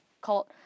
called